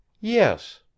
Yes